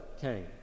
came